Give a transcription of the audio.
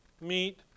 meet